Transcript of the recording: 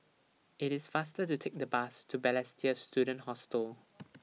IT IS faster to Take The Bus to Balestier Student Hostel